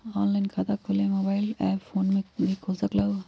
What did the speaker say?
Online खाता खोले के मोबाइल ऐप फोन में भी खोल सकलहु ह?